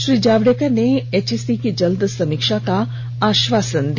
श्री जावेड़कर ने एचईसी की जल्द समीक्षा का आश्वासन दिया